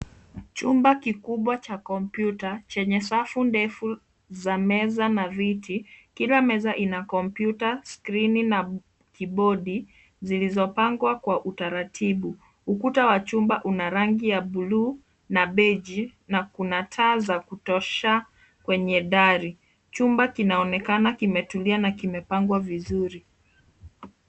Chumba kikubwa cha kompyuta chenye safu za meza na viti, kila meza ina kompyuta skrini na Kibodi zilizopangwa kwa utaratibu. Ukuta wa chumba una rangi ya buluu beji na kuna taa za kutosha kwenye dari. Chimba kinaonekana kimetulia na kimepangwa vizuri.